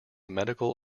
medical